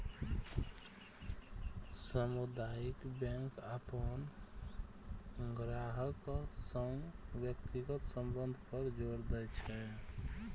सामुदायिक बैंक अपन ग्राहकक संग व्यक्तिगत संबंध पर जोर दै छै